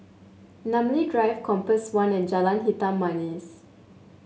Namly Drive Compass One and Jalan Hitam Manis